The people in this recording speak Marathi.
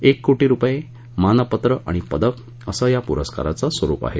एक कोटी रूपये मानपत्र आणि पदक असं या पुरस्काराचं स्वरूप आहे